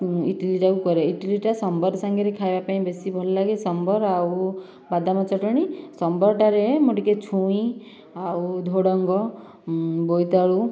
ଇଟିଲି ଟାକୁ କରେ ଇଟିଲିଟା ସମ୍ବର ସାଙ୍ଗରେ ଖାଇବାକୁ ବେଶୀ ଭଲ ଲାଗେ ସମ୍ବର ଆଉ ବାଦାମ ଚଟଣୀ ସମ୍ବର ଟାରେ ମୁଁ ଟିକିଏ ଛୁଇଁ ଆଉ ଝୁଡ଼ଙ୍ଗ ବୋଇତାଳୁ